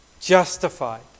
justified